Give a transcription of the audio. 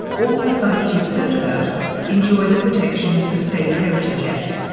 all the site you've heard about enjoyed the protection of the state heritage act,